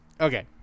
Okay